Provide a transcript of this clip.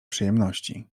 przyjemności